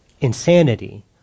insanity